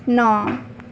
ਨੌ